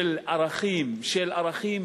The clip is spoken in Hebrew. של ערכים, של ערכים